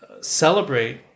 celebrate